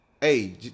hey